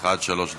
עד שלוש דקות.